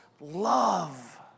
love